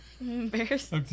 Embarrassed